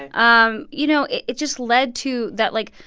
and um you know, it just led to that, like,